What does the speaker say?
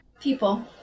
People